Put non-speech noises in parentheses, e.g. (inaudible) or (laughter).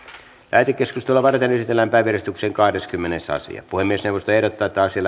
lähetekeskustelua varten esitellään päiväjärjestyksen kahdeskymmenes asia puhemiesneuvosto ehdottaa että asia (unintelligible)